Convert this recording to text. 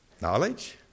Knowledge